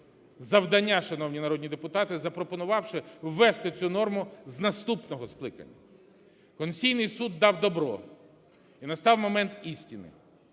завдання, шановні народні депутати, запропонувавши ввести цю норму з наступного скликання. Конституційний Суд дав добро і настав момент істини.